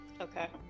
Okay